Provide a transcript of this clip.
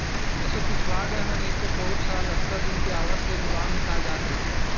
एसो पिछवा गए हँव नइतो पउर साल अतका दिन के आवत ले लुवा मिसा जात रहिस